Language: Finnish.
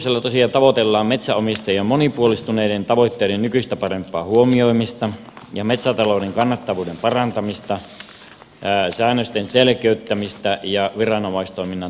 uudistuksella tosiaan tavoitellaan metsänomistajien monipuolistuneiden tavoitteiden nykyistä parempaa huomioimista ja metsätalouden kannattavuuden parantamista säännösten selkeyttämistä ja viranomaistoiminnan tehostamista